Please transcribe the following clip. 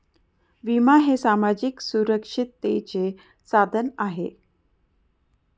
विमा हे सामाजिक सुरक्षिततेचे साधन आहे